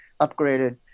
upgraded